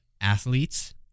athletes